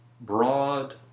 broad